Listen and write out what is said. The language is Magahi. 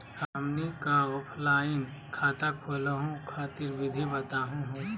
हमनी क ऑफलाइन खाता खोलहु खातिर विधि बताहु हो?